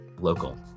local